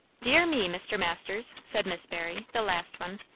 dear me, mr. masters! said miss barry, the last one,